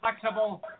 flexible